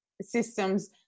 systems